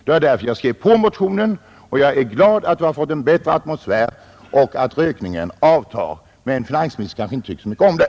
Det var därför jag skrev på motionen, och jag är glad att man får en bättre atmosfär och att rökningen avtar. Men som sagt finansministern kanske tycker mindre bra om det.